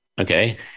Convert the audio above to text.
Okay